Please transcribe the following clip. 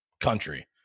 country